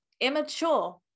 immature